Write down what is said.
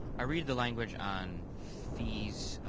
i read the language on fees,